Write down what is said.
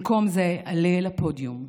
במקום זה עלה אל הפודיום,